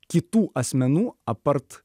kitų asmenų apart